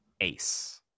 ace